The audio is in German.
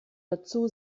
dazu